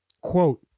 quote